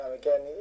again